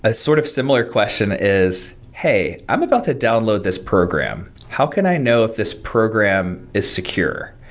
a sort of similar question is hey, i'm about to download this program. how can i know if this program is secure?